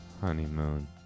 Honeymoon